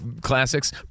classics